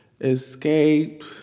Escape